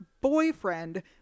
boyfriend